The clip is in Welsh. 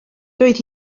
doedd